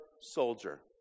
soldier